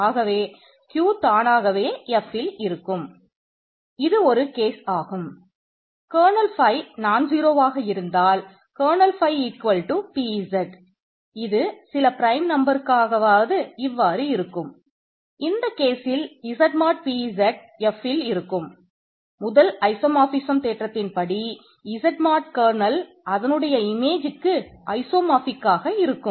ஆகவே Q தானாகவே Fல் இருக்கும்